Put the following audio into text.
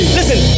Listen